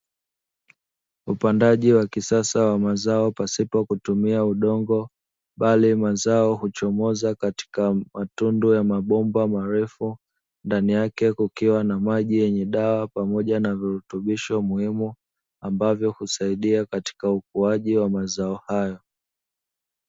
Upandaji wa kisasa wa mazao pasipo kutumia udongo bali mazao huchomoza katika matundu ya mabomba marefu ndani yake, kukiwa na maji yenye dawa pamoja na virutubisho muhimu ambavyo husaidia katika ukuaji wa mazao hayo.